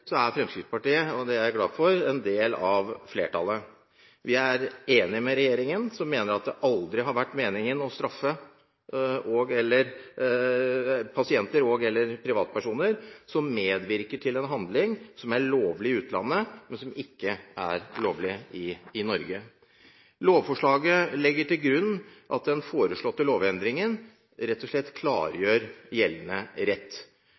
er Fremskrittspartiet – og det er jeg glad for – en del av flertallet. Vi er enig med regjeringen, som mener at det aldri har vært meningen å straffe pasienter og/eller privatpersoner som medvirker til en handling som er lovlig i utlandet, men som ikke er lovlig i Norge. Lovforslaget legger til grunn at den foreslåtte lovendringen rett og slett klargjør gjeldende rett.